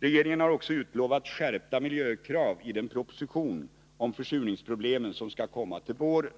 Regeringen har också utlovat skärpta miljökrav i den proposition om försurningsproblemen som skall komma till våren.